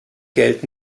geld